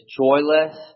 joyless